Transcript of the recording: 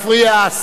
השר יצחק כהן,